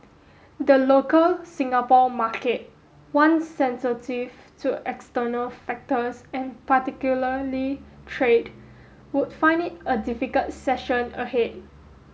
the local Singapore market one sensitive to external factors and particularly trade would find it a difficult session ahead